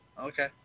okay